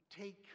take